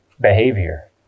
behavior